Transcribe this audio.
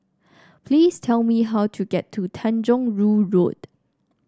please tell me how to get to Tanjong Rhu Road